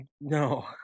No